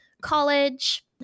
college